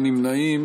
אין נמנעים,